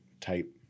type